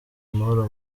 amahoro